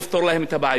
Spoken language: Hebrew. ואני מבטיח לכם,